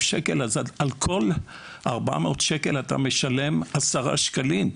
שקל אז על כל 400 שקל אתה משלם 10 שקלים.